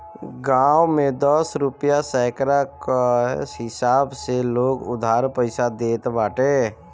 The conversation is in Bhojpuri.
गांव में दस रुपिया सैकड़ा कअ हिसाब से लोग उधार पईसा देत बाटे